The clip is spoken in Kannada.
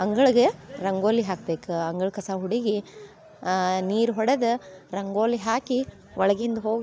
ಅಂಗಳ್ಕೆ ರಂಗೋಲಿ ಹಾಕ್ಬೇಕು ಅಂಗಳ ಕಸ ಹುಡುಗಿ ನೀರು ಹೊಡೆದು ರಂಗೋಲಿ ಹಾಕಿ ಒಳಗಿಂದ ಹೋಗಿ